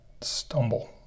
stumble